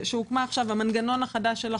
שהוקמה עכשיו - המנגנון החדש של החוק.